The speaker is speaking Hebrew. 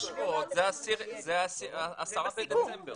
מהעשרה בדצמבר